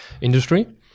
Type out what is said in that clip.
industry